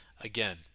again